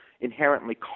inherently